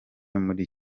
muri